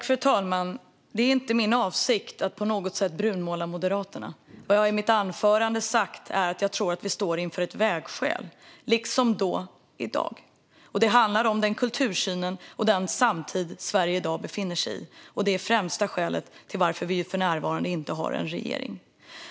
Fru talman! Det är inte min avsikt att på något sätt brunmåla Moderaterna. Vad jag i mitt anförande sa är att jag tror att vi står inför ett vägskäl, i dag liksom tidigare. Det handlar om den kultursyn och den samtid Sverige i dag befinner sig i, och det är det främsta skälet till att vi för närvarande inte har en regering.